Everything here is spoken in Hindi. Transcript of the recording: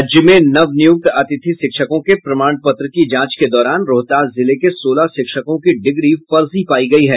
राज्य में नवनियुक्त अतिथि शिक्षकों के प्रमाण पत्र की जांच के दौरान रोहतास जिले के सोलह शिक्षकों की डिग्री फर्जी पायी गयी है